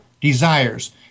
desires